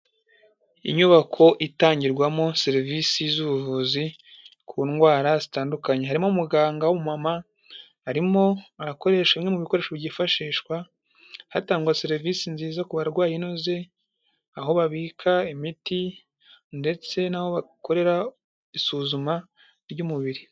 Inyubako itangirwamo serivisi z'ubuvuzi ku ndwara zitandukanye harimo umuganga w'umumama, harimo arakoreshashwa bimwe mu bikoresho byifashishwa hatangwa serivisi nziza ku barwayi inoze, aho babika imiti ndetse n'aho bakorera isuzuma ry'umubiri.